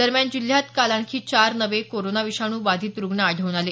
दरम्यान जिल्ह्यात काल आणखी चार नवे कोरोना विषाणू बाधित रुग्ण आढळून आले